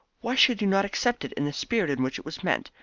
why should you not accept it in the spirit in which it was meant?